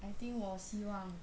I think 我希望